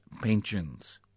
pensions